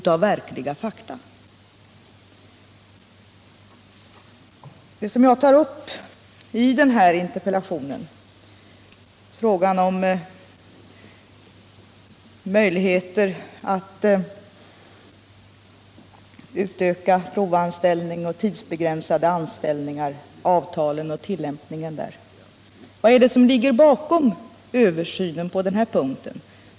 Mot den bakgrunden och mot bakgrund av det jag har tagit upp i min interpellation — frågan om möjligheter att utöka provanställning och tidsbegränsade anställningar och om avtalens tilllämpning i dessa sammanhang -— frågar jag mig: Vad är det som ligger bakom översynen på dessa punkter?